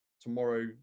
tomorrow